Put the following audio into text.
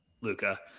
Luca